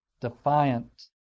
defiant